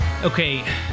okay